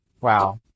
Wow